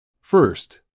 First